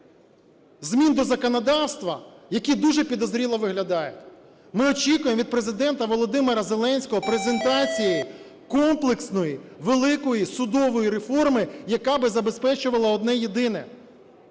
змін до законодавства, які дуже підозріло виглядають. Ми очікуємо від Президента Володимира Зеленського презентації комплексної великої судової реформи, яка би забезпечувала одне єдине,